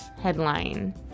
headline